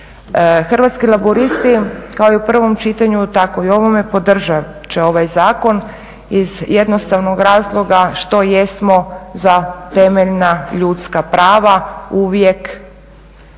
Hrvatski laburisti kao i u prvom čitanju tako i u ovome podržat će ovaj zakon iz jednostavnog razloga što jesmo za temeljna ljudska prava uvijek